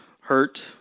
hurt